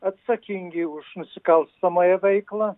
atsakingi už nusikalstamąją veiklą